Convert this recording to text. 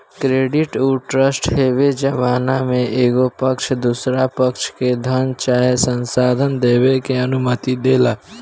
credit उ trust हवे जवना में एगो पक्ष दोसरा पक्ष के धन चाहे संसाधन देबे के अनुमति देला